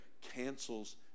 cancels